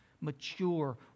mature